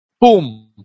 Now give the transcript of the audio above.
Boom